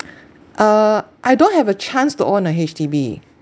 uh I don't have a chance to own a H_D_B